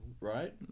right